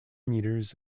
meters